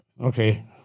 okay